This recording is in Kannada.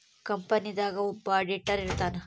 ಕಂಪನಿ ದಾಗ ಒಬ್ಬ ಆಡಿಟರ್ ಇರ್ತಾನ